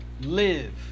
live